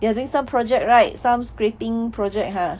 you are doing some project right some scraping project !huh!